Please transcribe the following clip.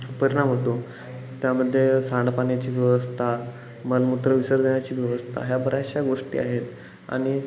परिणाम होतो त्यामध्ये सांडपाण्याची व्यवस्था मलमूत्र विसर्जनाची व्यवस्था ह्या बऱ्याचशा गोष्टी आहेत आणि